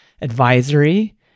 Advisory